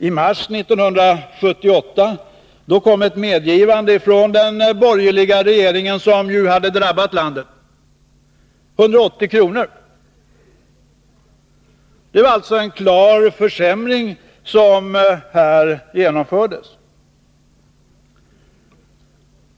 I mars 1978 kom ett medgivande från den borgerliga regeringen — som alltså hade drabbat landet — om höjning till 180 kr. Det var således en klar försämring som genomfördes.